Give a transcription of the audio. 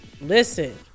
listen